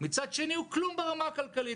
מצד שני הוא כלום ברמה הכלכלית.